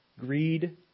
greed